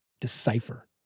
decipher